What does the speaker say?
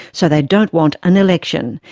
so they don't want an election.